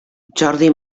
jordi